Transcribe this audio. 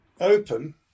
open